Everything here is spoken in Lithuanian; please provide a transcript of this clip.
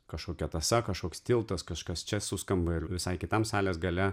kažkokia tąsa kažkoks tiltas kažkas čia suskamba ir visai kitam salės gale